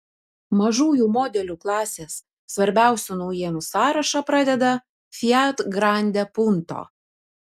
mažųjų modelių klasės svarbiausių naujienų sąrašą pradeda fiat grande punto